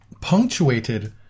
punctuated